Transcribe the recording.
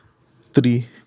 three